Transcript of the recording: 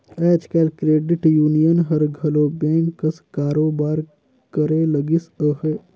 आएज काएल credit union हर घलो बेंक कस कारोबार करे लगिस अहे